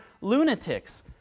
lunatics